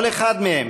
כל אחד מהם,